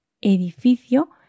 edificio